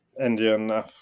Indian